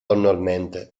annualmente